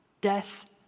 Death